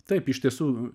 taip iš tiesų